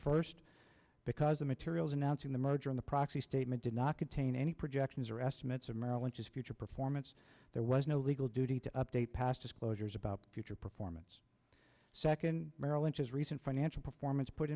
first because the materials announcing the merger in the proxy statement did not contain any projections or estimates of merrill lynch is future performance there was no legal duty to update past disclosures about future performance second merrill lynch's recent financial performance put